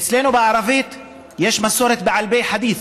אצלנו בערבית יש מסורת בעל פה, החדית'